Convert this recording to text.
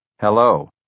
Hello